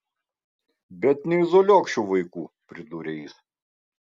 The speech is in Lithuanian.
bet neizoliuok šių vaikų pridūrė jis